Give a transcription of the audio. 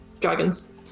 Dragons